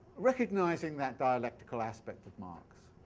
recognizing that dialectical aspect of marx,